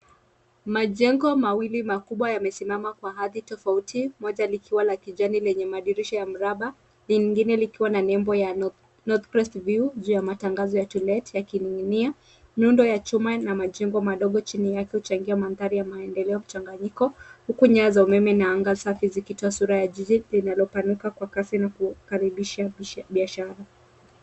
Majengo mawili makubwa yamesimama kwa hali tofauti, moja likiwa la kijani lenye madirisha ya mraba lingine likiwa na nembo ya North Prest View, juu ya matangazo ya to let yakining'inia. Muundo wa chuma na majengo madogo chini yake huchangia mandhari ya maendeleo mchanganyiko, huku nyaya za umeme na anga safi zikitoa sura ya jiji linalopanuka kwa kasi na kukaribisha biashara.